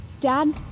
Dad